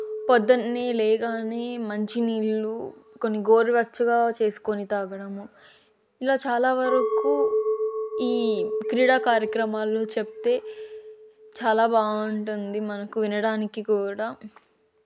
పొద్దున్న లేవగానే మంచినీళ్ళు కొన్ని గోరువెచ్చగా చేసుకుని తాగడం ఇలా చాలావరకు ఈ క్రీడా కార్యక్రమాలు చెప్తే చాలా బాగుంటుంది మనకు వినడానికి కూడా